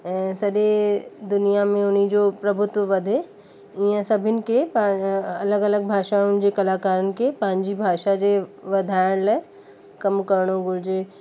सॼे दुनिया में उन जो प्रभुत्व वधे ईअं सभिनि खे पाण अलॻि अलॻि भाषाउनि जे कलकारनि खे पंहिंजी भाषा जे वधाइण लाइ कमु करिणो घुरिजे